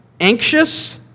Anxious